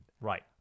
Right